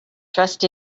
trust